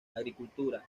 agricultura